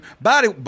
Body